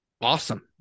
Awesome